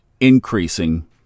increasing